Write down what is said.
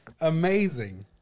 amazing